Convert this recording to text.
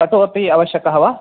कटुपि आवश्यकः वा